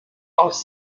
aus